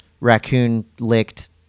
raccoon-licked